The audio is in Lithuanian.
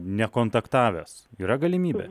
nekontaktavęs yra galimybė